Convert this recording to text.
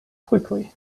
quickly